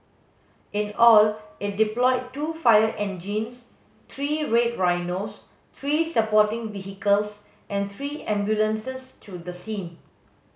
in all it deployed two fire engines three Red Rhinos three supporting vehicles and three ambulances to the scene